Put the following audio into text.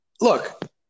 look –